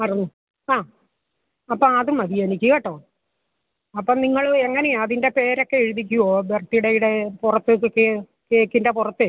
ആ അപ്പോൾ അത് മതി എനിക്ക് കേട്ടോ അപ്പം നിങ്ങൾ എങ്ങനെയാണ് അതിൻ്റെ പേരൊക്കെ എഴുതിക്കോ ബർത്ത്ഡേയുടെ പുറത്ത് ഒക്കെയോ കേക്കിൻ്റെ പുറത്ത്